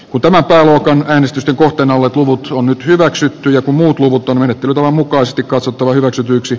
kun tämä käy äänestysten kohteina ovat luvut on nyt hyväksytty ja muut luvut on menettelytavan mukaisesti katsottava hyväksytyksi